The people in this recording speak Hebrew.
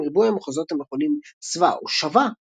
ריבוי המחוזות המכונים סבא או שאווה - בתימן,